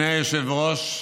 אדוני היושב-ראש,